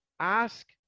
Ask